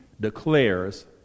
declares